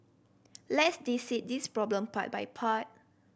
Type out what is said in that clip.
let's dissect this problem part by part